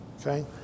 okay